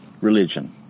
religion